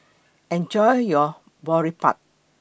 Enjoy your Boribap